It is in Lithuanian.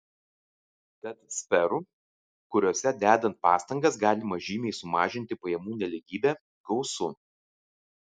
tad sferų kuriose dedant pastangas galima žymiai sumažinti pajamų nelygybę gausu